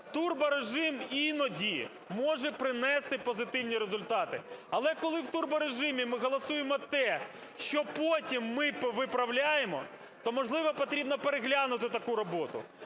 турборежим іноді може принести позитивні результати. Але в турборежимі ми голосуємо те, що потім ми виправляємо, то можливо потрібно переглянути таку роботу.